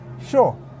Sure